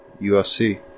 UFC